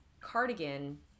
cardigan